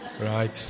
right